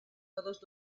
todos